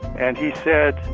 and he said,